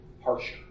harsher